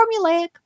formulaic